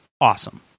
awesome